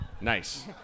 Nice